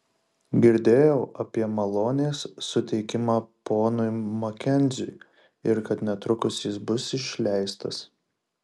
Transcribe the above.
girdėjau apie malonės suteikimą ponui makenziui ir kad netrukus jis bus išleistas